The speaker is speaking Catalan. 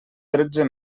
tretze